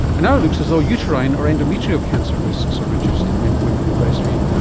and now it looks as though uterine or endometrial cancer risks are reduced in women who breastfeed,